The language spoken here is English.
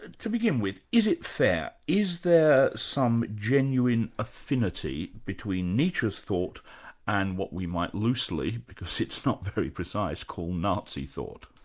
to begin with, is it fair? is there some genuine affinity between nietzsche's thought and what we might loosely, because it's not very precise, call nazi thought?